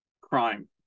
crime